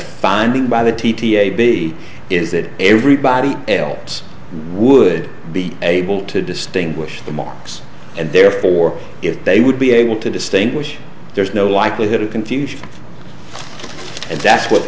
finding by the t t a b is that everybody else would be able to distinguish the marks and therefore if they would be able to distinguish there's no likelihood of confusion and that's what